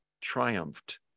triumphed